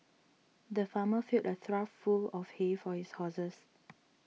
the farmer filled a trough full of hay for his horses